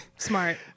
Smart